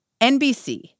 NBC